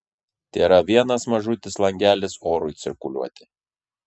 tėra vienas mažutis langelis orui cirkuliuoti